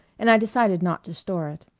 and i decided not to store it.